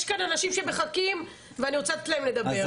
יש כאן אנשים שמחכים ואני רוצה לתת להם לדבר.